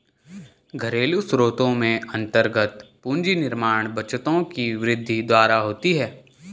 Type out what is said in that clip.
घरेलू स्रोत में अन्तर्गत पूंजी निर्माण बचतों की वृद्धि द्वारा होती है